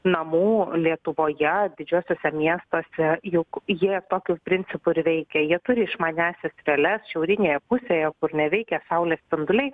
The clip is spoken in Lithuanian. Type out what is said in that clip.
namų lietuvoje didžiuosiuose miestuose juk jie ir tokiu principu ir veikia jie turi išmaniąsias feles šiaurinėje pusėje kur neveikia saulės spinduliai